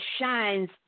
shines